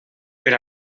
per